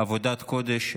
עבודת קודש.